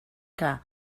que